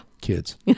Kids